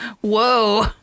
Whoa